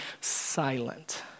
silent